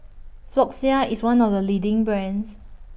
Floxia IS one of The leading brands